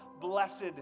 Blessed